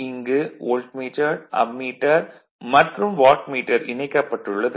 இங்கு voltmeter ammeter மற்றும் wattmeter இணைக்கப்பட்டுள்ளது